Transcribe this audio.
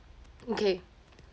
okay